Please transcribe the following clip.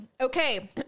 Okay